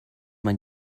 man